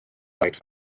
blaid